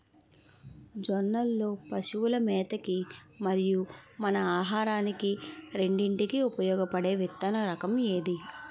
జొన్నలు లో పశువుల మేత కి మరియు మన ఆహారానికి రెండింటికి ఉపయోగపడే విత్తన రకం ఏది?